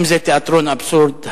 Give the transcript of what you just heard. האם זה תיאטרון אבסורד?